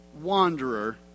wanderer